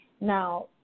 Now